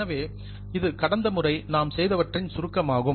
எனவே இது கடந்த முறை நாம் செய்தவற்றின் சுருக்கமாகும்